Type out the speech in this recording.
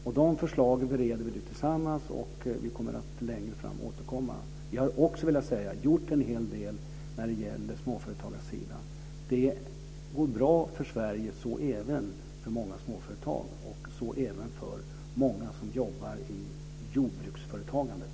Dessa förslag bereder vi nu tillsammans, och vi kommer att återkomma längre fram. Jag vill också säga att vi också har gjort en hel del när det gäller småföretagarsidan. Det går bra för Sverige, även för många småföretag och för många som jobbar i jordbruksföretagandet.